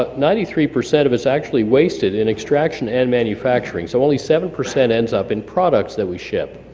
ah ninety three percent of it's actually wasted in extraction and manufacturing, so only seven percent ends up in products that we ship,